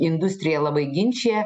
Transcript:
industrija labai ginčija